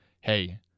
Hey